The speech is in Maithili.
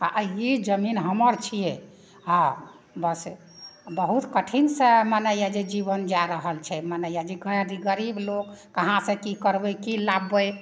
आ ई जमीन हमर छियै हा बस बहुत कठिन सए मने अइजए जीबन जए रहल छै मने यदि कहए की गरीब लोक कहाँ सए की करबै की लाबबै